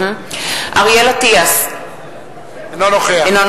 (קוראת בשמות חברי הכנסת) אריאל אטיאס, אינו נוכח